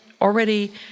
already